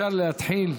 אפשר להתחיל.